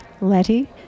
Letty